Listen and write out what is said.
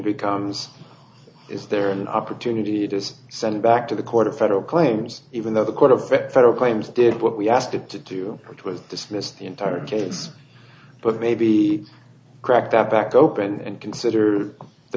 becomes is there an opportunity to send back to the court of federal claims even though the court effect federal claims did what we asked it to do which was dismissed the entire case but maybe cracked that back open and consider the